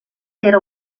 era